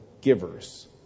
givers